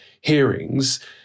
hearings